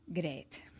great